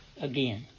again